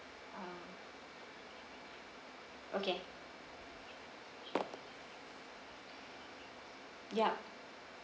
uh okay yup